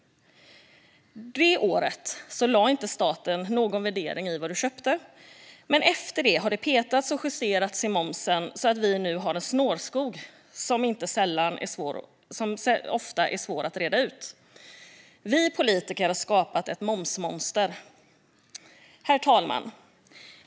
Det året lade inte staten någon värdering i vad du köpte, men därefter har det petats och justerats i momsen så att vi nu har en snårskog som ofta är svår att reda ut. Vi politiker har skapat ett momsmonster. Herr talman!